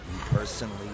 personally